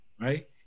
right